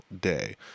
day